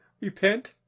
repent